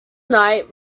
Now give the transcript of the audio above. night